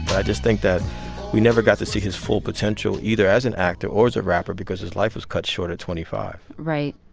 but i just think that we never got to see his full potential, either as an actor or as a rapper, because his life was cut short at twenty five point right.